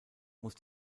muss